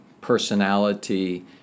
personality